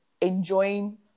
enjoying